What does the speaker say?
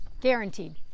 guaranteed